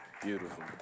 Beautiful